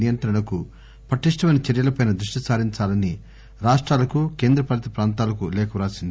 నియంత్రణకు పటిష్టమైన చర్యలపై దృష్టి సారించాలని రాష్టాలకు కేంద్రపాలిత ప్రాంతాలకు లేఖ రాసింది